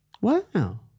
Wow